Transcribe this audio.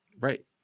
Right